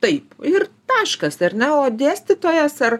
taip ir taškas ar ne o dėstytojas ar